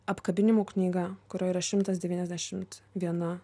apkabinimų knyga kurioj yra šimtas devyniasdešimt viena